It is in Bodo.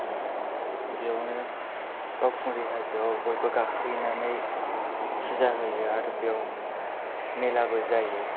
ओमफ्राय बेयावनो बावखुंग्रि हाजोआव बयबो गाखोहैनानै फुजा होयो आरो बेयाव मेलाबो जायो